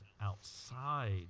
outside